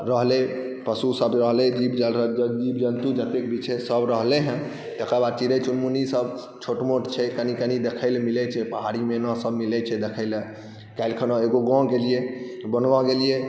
रहलै पशुसब रहलै जीव जन्तु जतेक भी छै सब रहलै तकर बाद चिड़ै चुनमुनीसब छोट मोट छै कनि कनि देखैलए मिलै छै पहाड़ी मैनासब मिलै छै देखैलए काल्हिखना एगो गाँव गेलिए बनगाँव गेलिए